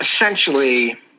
essentially